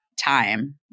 time